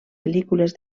pel·lícules